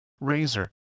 Razor